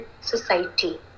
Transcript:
society